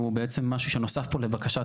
והוא בעצם משהו שנוסף פה לבקשת,